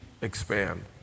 expand